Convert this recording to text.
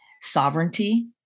sovereignty